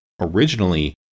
originally